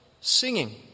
singing